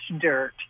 dirt